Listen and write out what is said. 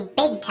big